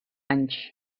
anys